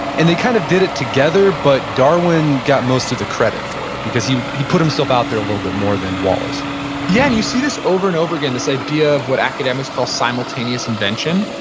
and they kind of did it together, but darwin got most of the credit for it, because he he put himself out there a little bit more than wallace yeah, and you see this over and over again, this idea of what academics call simultaneous invention,